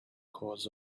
cause